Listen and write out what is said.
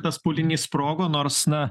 tas pūlinys sprogo nors na